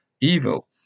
evil